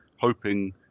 hoping